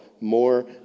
more